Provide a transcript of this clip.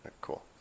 Cool